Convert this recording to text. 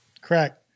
Correct